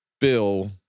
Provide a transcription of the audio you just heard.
Bill